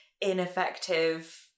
ineffective